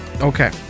Okay